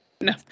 No